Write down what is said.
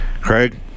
Craig